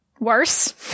worse